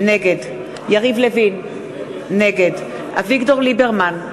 נגד יריב לוין, נגד אביגדור ליברמן,